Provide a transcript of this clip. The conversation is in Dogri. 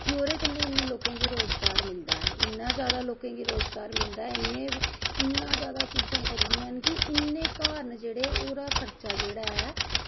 कि ओह्दे कन्नैं इन्नें लोकें गी रोज़गार मिलदा ऐ ते इन्ना जादा लोकें गी रोज़गार मिलदा ऐ इन्नां जादा चीज़ां बनदियां न इन्नें घर न जेह्ड़े उंदा खर्चा जेह्ड़ा ऐ